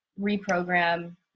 reprogram